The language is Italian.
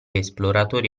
esploratori